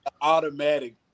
automatic